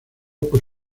por